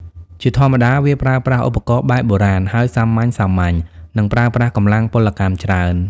ជាធម្មតាវាប្រើប្រាស់ឧបករណ៍បែបបុរាណហើយសាមញ្ញៗ និងប្រើប្រាស់កម្លាំងពលកម្មច្រើន។